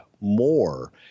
more